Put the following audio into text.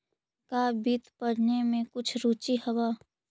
का वित्त पढ़ने में कुछ रुचि हवअ